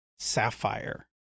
sapphire